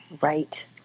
Right